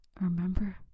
remember